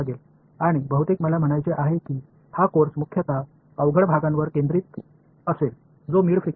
இந்தப் பாடம் பெரும்பாலும் நடுத்தர அதிர்வெண் வரம்பில் உள்ள கடினமான பகுதியில் கவனம் செலுத்தப்படும் என்று நான் நினைக்கிறேன்